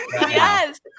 yes